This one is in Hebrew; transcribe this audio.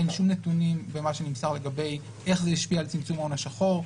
אין שום נתונים במה שנמסר לגבי איך זה השפיע על צמצום ההון השחור.